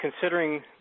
Considering